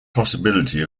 possibility